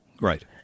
Right